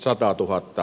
maatalous